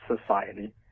society